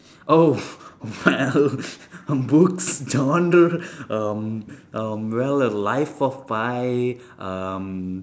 oh well books genre um um well uh life of pi um